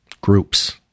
groups